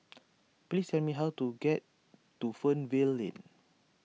please tell me how to get to Fernvale Lane